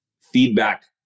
feedback